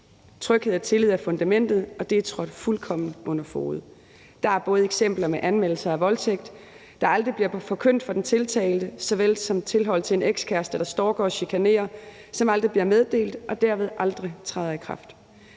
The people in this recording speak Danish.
Tryghed og tillid er fundamentet, og det er trådt fuldkommen under fode. Der er både eksempler på anmeldelser af voldtægt, der aldrig bliver forkyndt for den tiltalte, og på tilhold til en ekskæreste, der stalker og chikanerer, som aldrig bliver meddelt og derved aldrig træder i kraft.